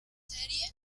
series